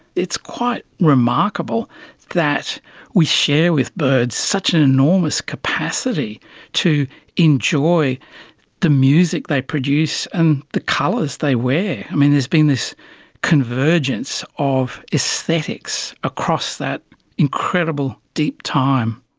it's quite remarkable that we share with birds such an enormous capacity to enjoy the music they produce and the colours they wear. i mean, there's been this convergence of aesthetics across that incredible deep time.